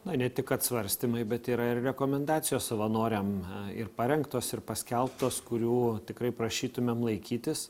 na ne tik kad svarstymai bet yra ir rekomendacijos savanoriam ir parengtos ir paskelbtos kurių tikrai prašytumėm laikytis